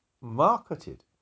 marketed